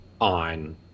on